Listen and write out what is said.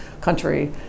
country